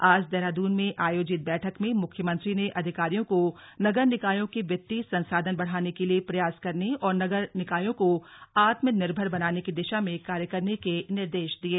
आज देहराद्न में आयोजित बैठक में मुख्यमंत्री ने अधिकारियों को नगर निकायों के वित्तीय संसाधन बढ़ाने के लिए प्रयास करने और नगर निकायों को आत्मनिर्भर बनाने की दिशा में कार्य करने के निर्देश दिये